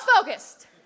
focused